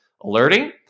alerting